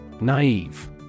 Naive